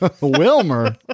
Wilmer